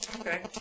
Okay